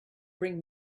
bring